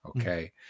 okay